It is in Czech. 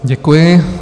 Děkuji.